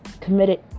committed